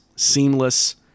seamless